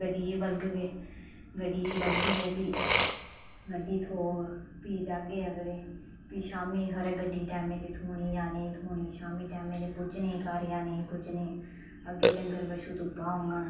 गड्डियें गी बलगगे गड्डियें गी बलगियै फ्ही गड्डी थ्होग फ्ही जाह्गे अगड़े प्ही शामीं खरे गड्डी टेमें दी थ्होनी जा नेईं थ्होनी शामी टेमें दे पुज्जने घर जां नेईं पुजने अग्गै डंगर बच्छू घुप्पा होङन